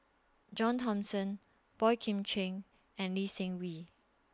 John Thomson Boey Kim Cheng and Lee Seng Wee